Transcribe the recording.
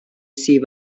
sydd